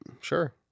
Sure